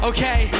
Okay